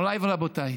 מוריי ורבותיי,